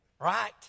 right